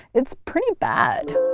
it's pretty bad.